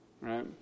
right